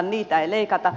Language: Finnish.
niitä ei leikata